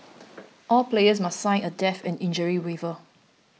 all players must sign a death and injury waiver